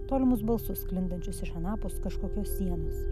tolimus balsus sklindančius iš anapus kažkokios sienos